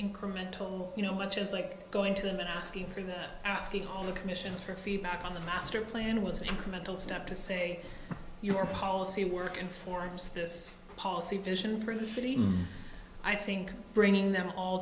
incremental you know much as like going to them and asking for them asking all the commissions for feedback on the master plan was an incremental step to say your policy work informs this policy vision for the city i think bringing them all